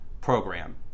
program